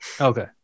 okay